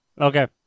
okay